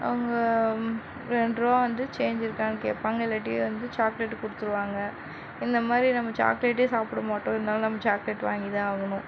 அவங்க ரெண்டு ரூபா வந்து சேஞ் இருக்கான்னு கேட்பாங்க இல்லாட்டி வந்து சாக்லெட்டு கொடுத்துருவாங்க இந்த மாதிரி நம்ம சாக்லெட்டே சாப்பிட மாட்டோம் இருந்தாலும் நம்ம சாக்லெட் வாங்கிதான் ஆகணும்